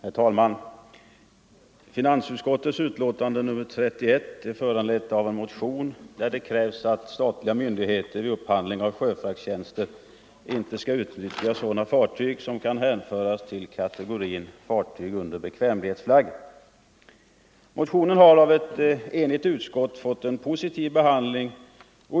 Herr talman! Finansutskottets betänkande nr 31 är föranlett av en motion där det krävs att statliga myndigheter vid upphandling av sjöfraktstjänster inte skall utnyttja sådana företag som kan hänföras till kategorin ”fartyg under bekvämlighetsflagg”. Motionen har av ett enigt utskott fått en positiv behandling.